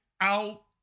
out